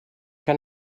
que